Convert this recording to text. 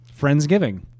Friendsgiving